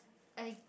I